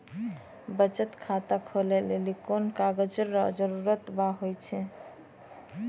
बचत खाता खोलै लेली कोन कागज रो जरुरत हुवै छै?